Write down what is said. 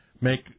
make